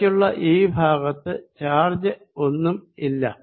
ഇടക്കുള്ള ഈ ഭാഗത്ത് ചാർജ് ഒന്നും ഇല്ല